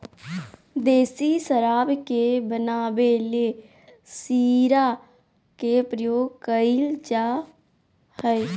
देसी शराब के बनावे ले शीरा के प्रयोग कइल जा हइ